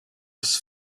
was